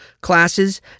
classes